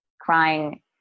crying